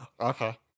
okay